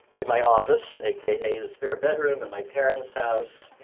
in my office aka the spare bedroom in my parent's house,